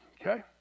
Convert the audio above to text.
okay